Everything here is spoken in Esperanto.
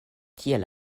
tiel